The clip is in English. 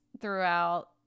throughout